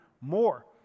more